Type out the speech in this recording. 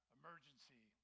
emergency